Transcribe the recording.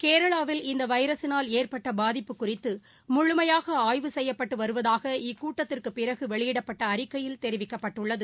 கேரளாவில் இந்தவைரஸினால் ஏற்பட்டபாதிப்பு குறித்துமுழுமையாகஆய்வு செய்யப்பட்டுவருவதாக இக்கூட்டத்திற்குபிறகுவெளியிடப்பட்டஅறிக்கையில் தெரிவிக்கப்பட்டுள்ளது